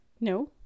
no